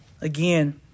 Again